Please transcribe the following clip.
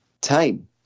time